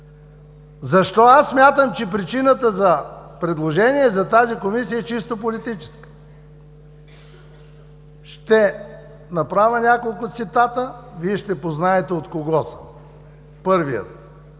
Защо аз смятам, че причината за предложение за тази комисия е чисто политическа? Ще направя няколко цитата, Вие ще познаете от кого са. Първият: